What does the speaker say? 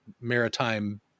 maritime